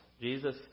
Jesus